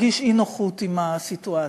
מרגיש אי-נוחות עם הסיטואציה,